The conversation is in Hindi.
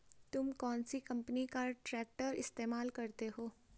तुम कौनसी कंपनी का ट्रैक्टर इस्तेमाल करते हो?